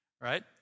right